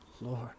Lord